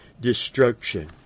destruction